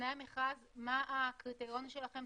מה הקריטריון שלכם,